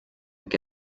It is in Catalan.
que